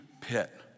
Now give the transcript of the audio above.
pit